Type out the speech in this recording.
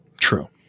True